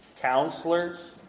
counselors